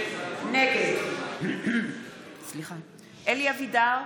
נגד אלי אבידר,